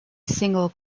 single